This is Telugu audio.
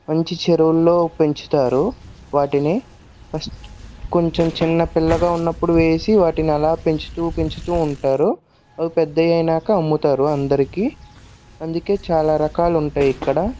మంచి చెరువుల్లో పెంచుతారు వాటిని ఫస్ట్ కొంచెం చిన్నపిల్లగా ఉన్నప్పుడు వేసి వాటిని అలా పెంచుతూ పెంచుతూ ఉంటారు అవి పెద్ద అయినాక అమ్ముతారు అందరికీ అందుకే చాలా రకాలు ఉంటాయి ఇక్కడ